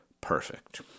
perfect